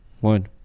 one